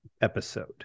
episode